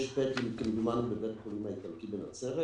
וכמדומני בבית החולים האיטלקי בנצרת.